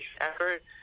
effort